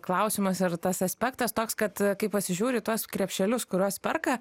klausimas ar tas aspektas toks kad kai pasižiūri į tuos krepšelius kuriuos perka